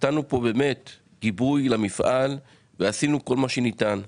נתנו פה באמת גיבוי למפעל ועשינו כל מה שניתן.